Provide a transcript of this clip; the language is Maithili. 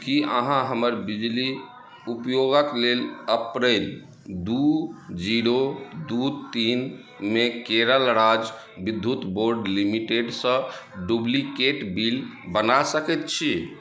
की अहाँ हमर बिजली उपयोगक लेल अप्रैल दू जीरो दू तीन मे केरल राज्य विद्युत बोर्ड लिमिटेडसँ डुप्लिकेट बिल बना सकैत छी